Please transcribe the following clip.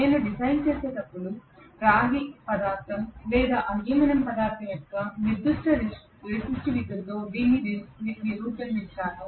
నేను డిజైన్ చేసినప్పుడు నేను రాగి పదార్థం లేదా అల్యూమినియం పదార్థం యొక్క నిర్దిష్ట రెసిస్టివిటీతో దీన్ని రూపొందించాను